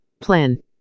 plan